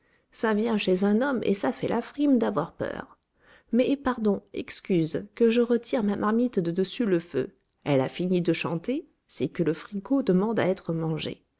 ça vient chez un homme et ça fait la frime d'avoir peur mais pardon excuse que je retire ma marmite de dessus le feu elle a fini de chanter c'est que le fricot demande à être mangé